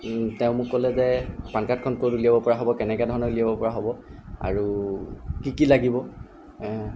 তেওঁ মোক ক'লে যে পানকাৰ্ডখন ক'ত উলিয়াব পৰা হ'ব কেনেকে ধৰণে উলিয়াব পৰা হ'ব আৰু কি কি লাগিব